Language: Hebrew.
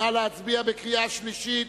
נא להצביע בקריאה שלישית.